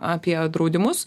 apie draudimus